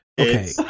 Okay